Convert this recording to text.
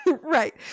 right